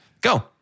Go